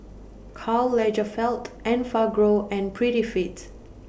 Karl Lagerfeld Enfagrow and Prettyfit